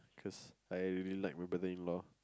cause I really liked my brother in law